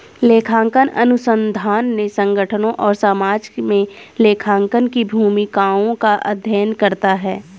लेखांकन अनुसंधान ने संगठनों और समाज में लेखांकन की भूमिकाओं का अध्ययन करता है